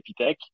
Epitech